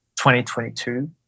2022